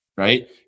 right